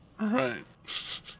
right